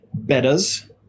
bettas